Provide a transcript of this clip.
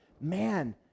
man